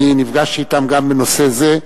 נפגשתי אתם גם בנושא זה.